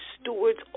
stewards